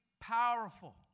powerful